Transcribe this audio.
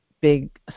big